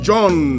John